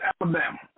Alabama